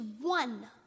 one